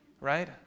Right